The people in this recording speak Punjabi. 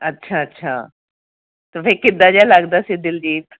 ਅੱਛਾ ਅੱਛਾ ਅਤੇ ਫਿਰ ਕਿੱਦਾਂ ਜਿਹਾ ਲੱਗਦਾ ਸੀ ਦਿਲਜੀਤ